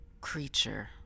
creature